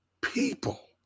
people